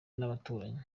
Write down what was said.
n’abaturanyi